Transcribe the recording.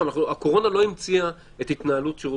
הקורונה לא המציאה את התנהלות שירות